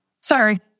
sorry